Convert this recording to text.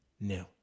no